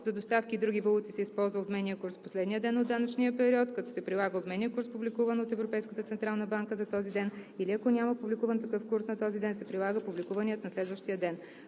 За доставки в други валути се използва обменният курс в последния ден от данъчния период, като се прилага обменният курс, публикуван от Европейската централна банка за този ден, или ако няма публикуван такъв курс на този ден, се прилага публикуваният на следващия ден.